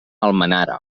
almenara